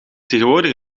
tegenwoordig